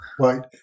Right